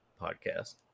podcast